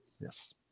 Yes